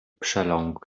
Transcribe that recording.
przeląkł